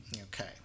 Okay